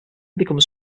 begins